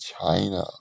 china